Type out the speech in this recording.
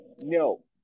No